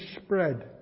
spread